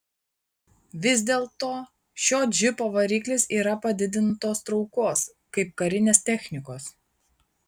vis dėlto šio džipo variklis yra padidintos traukos kaip karinės technikos